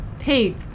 Hey